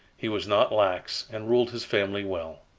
he was not lax, and ruled his family well.